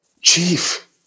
chief